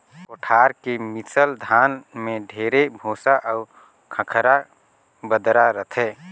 कोठार के मिसल धान में ढेरे भूसा अउ खंखरा बदरा रहथे